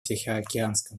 тихоокеанском